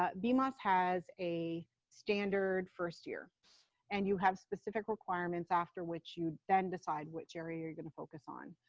ah bmos has a standard first year and you have specific requirements after which you then decide which area you're going to focus on.